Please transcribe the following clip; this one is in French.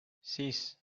six